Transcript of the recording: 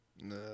No